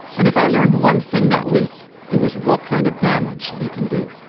and if i learned one thing that week it was what kind of damage they can do.